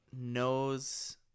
knows